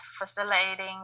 facilitating